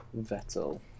Vettel